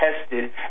tested